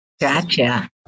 Gotcha